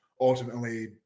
ultimately